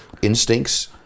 Instincts